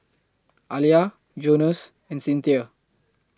Alia Jonas and Cinthia